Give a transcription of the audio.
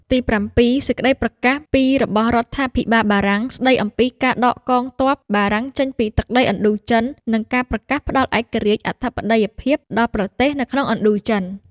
ទីប្រាំពីរ សេចក្តីប្រកាសពីរបស់រដ្ឋា ភិបាលបារាំង ស្តីអំពីការដកកងទ័ពបារាំងចេញពីទឹកដីឥណ្ឌូចិន និងការប្រកាសផ្តល់ឯករាជ្យ អធិបតេយ្យភាពដល់ប្រទេសនៅក្នុងឥណ្ឌូ ចិន។